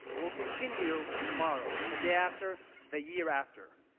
will continue tomorrow, the day after, the year after.